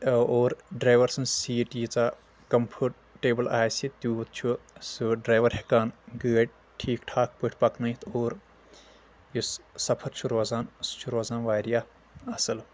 تہٕ اور ڈرایور سٕنٛز سیٖٹ ییٖژاہ کمفرٹیبٕل آسہِ تیوٗت چھُ سُہ ڈرایور ہٮ۪کان گٲڑۍ ٹھیٖک ٹھاکھ پٲٹھۍ پکنٲیتھ اور یُس سفر چھُ روزان سُہ چھ روزان واریاہ اصل